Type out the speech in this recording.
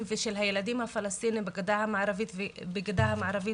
ושל הילדים הפלסטינים בגדה המערבית בעיקר,